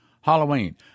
Halloween